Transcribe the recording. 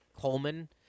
Coleman